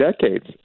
decades